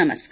नमस्कार